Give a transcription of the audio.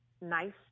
nice